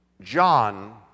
John